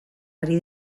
ari